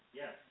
yes